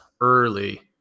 early